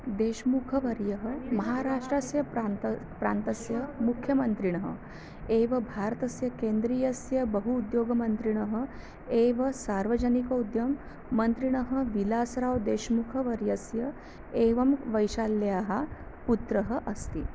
देश्मुखवर्यः महाराष्ट्रस्य प्रान्तः प्रान्तस्य मुख्यमन्त्रिणः एव भारतस्य केन्द्रीयस्य बहु उद्योगमन्त्रिणः एव सार्वजनिकम् उद्यममन्त्रिणः विलास् राव् देश्मुखवर्यस्य एवं वैशाल्याः पुत्रः अस्ति